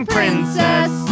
Princess